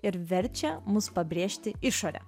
ir verčia mus pabrėžti išorę